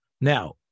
Now